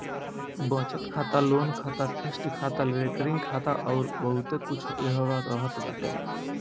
बचत खाता, लोन खाता, फिक्स्ड खाता, रेकरिंग खाता अउर बहुते कुछ एहवा रहत बाटे